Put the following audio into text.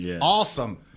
Awesome